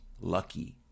lucky